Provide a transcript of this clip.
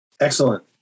Excellent